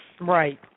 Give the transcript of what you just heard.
Right